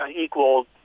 equal